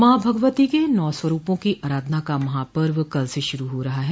माँ भगवती के नौ स्वरूपों की आराधना का महापर्व कल से शुरू हो रहा है